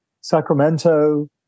Sacramento